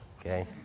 okay